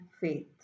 Faith